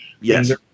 Yes